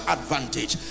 Advantage